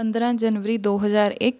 ਪੰਦਰ੍ਹਾਂ ਜਨਵਰੀ ਦੋ ਹਜ਼ਾਰ ਇੱਕ